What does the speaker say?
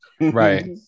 right